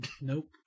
Nope